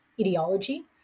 ideology